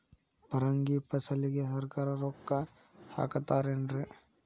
ಪರಂಗಿ ಫಸಲಿಗೆ ಸರಕಾರ ರೊಕ್ಕ ಹಾಕತಾರ ಏನ್ರಿ?